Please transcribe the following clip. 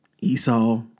Esau